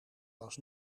was